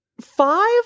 five